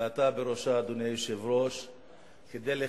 ואתה בראשה,